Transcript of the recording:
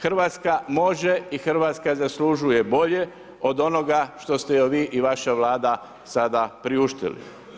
Hrvatska može i Hrvatska zaslužuje bolje od onoga što ste joj vi i vaša vlada sada priuštili.